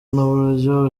n’uburyo